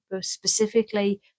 specifically